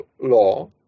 law